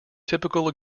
typical